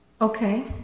Okay